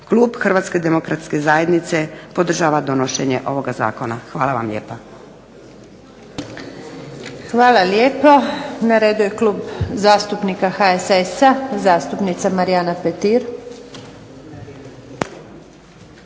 Klub Hrvatske demokratske zajednice podržava donošenje ovoga zakona. Hvala vam lijepa. **Antunović, Željka (SDP)** Hvala lijepo. Na redu je Klub zastupnika HSS-a, zastupnica Marijana Petir.